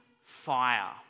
fire